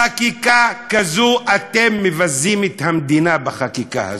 חקיקה כזו אתם מבזים את המדינה בחקיקה הזו.